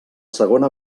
segona